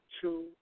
two